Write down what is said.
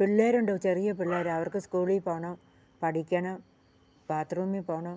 പിള്ളേരുണ്ടോ ചെറിയ പിള്ളേർ അവർക്ക് സ്കൂളിൽ പോകണം പഠിക്കണം ബാത്റൂമിൽ പോകണം